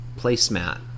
placemat